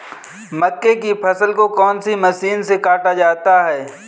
मक्के की फसल को कौन सी मशीन से काटा जाता है?